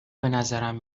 بنظرم